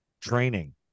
training